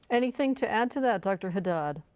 anything to add to that dr. haddad?